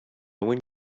one